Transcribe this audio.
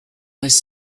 was